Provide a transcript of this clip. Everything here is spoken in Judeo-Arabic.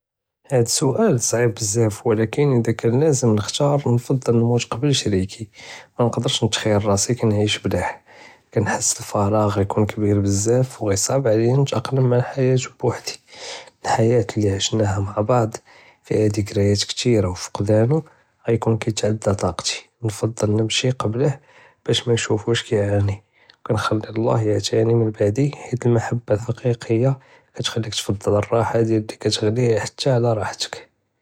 האד סואל סעיב בזאף ולקין לא קאן לזם נבחר נפעל נמות קבל שיריקי, מא נקדש נתכליל נעיש בלאה, כא נחס אלפראג ג'י כון כביר בזאף או גאדי סעאב עליא נתאקלם נעיש בוחדי, אלחיאות לי עישנא מעא בעד פי'ה דיקריאת פקדאנוה ג'י כון תעדה טאקטי נפעל נמשי קבלו בש מא נסופוש כי ענא, כא נכלי לל'ה כי עתאני חית מהבא חאקיקיא כא תחליך תעפל ראה תע אללי כא תג'יה תא עלא רחתכ.